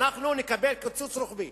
שאנחנו נקבל קיצוץ רוחבי.